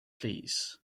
plîs